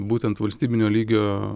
būtent valstybinio lygio